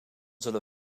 zullen